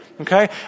okay